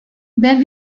then